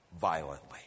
violently